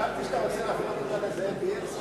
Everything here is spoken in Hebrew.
חשבתי שאתה רוצה להפנות אותה לזאב בילסקי.